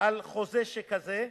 על חוזה שכזה.